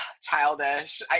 childish